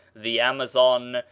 the amazon,